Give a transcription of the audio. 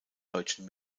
deutschen